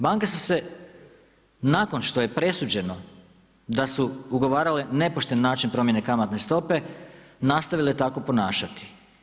Banke su se nakon što je presuđeno da su ugovarale nepošten način promjene kamatne stope nastavile tako ponašati.